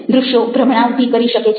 દ્રશ્યો ભ્રમણા ઊભી કરી શકે છે